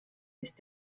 ist